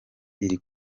iri